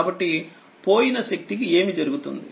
కాబట్టి పోయిన శక్తికి ఏమి జరుగుతుంది